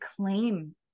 claim